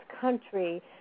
country